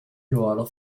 ruolo